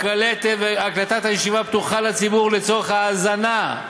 והקלטת הישיבה פתוחה לציבור לצורך האזנה.